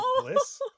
bliss